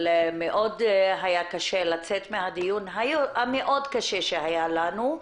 אבל מאוד היה קשה לצאת מהדיון המאוד קשה שהיה לנו,